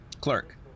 Clerk